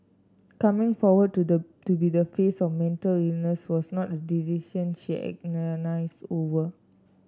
coming forward to the to be the face of mental illness was not a decision she agonise over